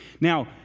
Now